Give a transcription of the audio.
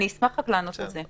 אני אשמח לענות על זה.